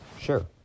sure